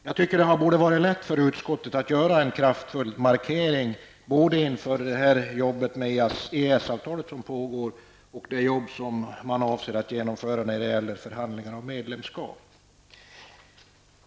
Jag tycker att det borde ha varit lätt för utskottet att göra en kraftfull markering att EES-avtalet och ett eventuellt medlemskap i EG inte får leda till krav på minskade regionalpolitiska ambitioner.